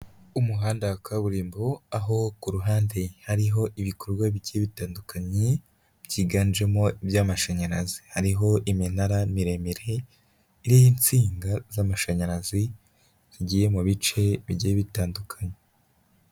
Umuhanda wa kaburimbo aho ku ruhande hariho ibikorwa bigiye bitandukanye byiganjemo iby'amashanyarazi, hariho iminara miremire iriho insinga z'amashanyarazi zigiye mu bice bigiye bitandukanye.